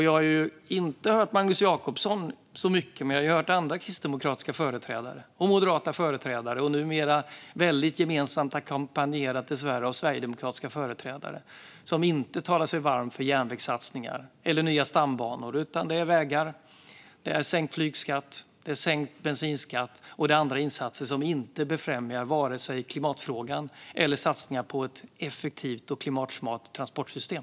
Jag har inte hört Magnus Jacobsson men andra kristdemokratiska företrädare och moderata företrädare, numera tyvärr ackompanjerade av sverigedemokratiska företrädare, motsätta sig järnvägssatsningar och nya stambanor och i stället tala sig varma för vägar, sänkt flyg och bensinskatt och andra insatser som inte befrämjar vare sig klimatfrågan eller satsningar på ett effektivt och klimatsmart transportsystem.